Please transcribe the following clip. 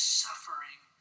suffering